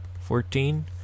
Fourteen